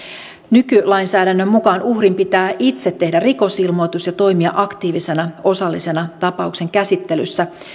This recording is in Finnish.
nykylainsäädännön mukaan uhrin pitää itse tehdä rikosilmoitus ja toimia aktiivisena osallisena tapauksen käsittelyssä